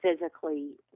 physically